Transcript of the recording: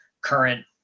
current